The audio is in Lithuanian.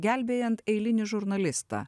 gelbėjant eilinį žurnalistą